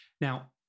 Now